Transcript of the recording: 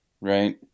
Right